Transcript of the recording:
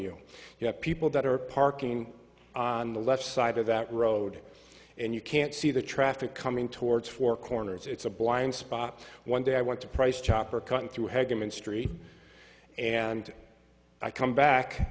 you you have people that are parking on the left side of that road and you can't see the traffic coming towards four corners it's a blind spot one day i want to price chopper cut through hegan ministry and i come back